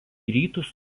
rytus